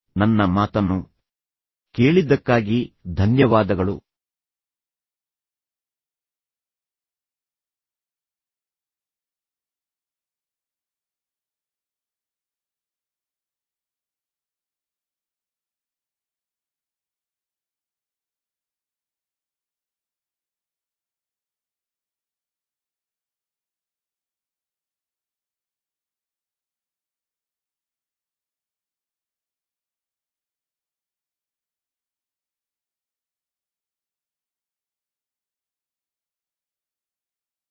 ನನ್ನ ಮಾತನ್ನು ಕೇಳಿದ್ದಕ್ಕಾಗಿ ಧನ್ಯವಾದಗಳು